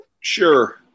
Sure